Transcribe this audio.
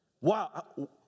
Wow